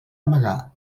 amagar